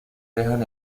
dejan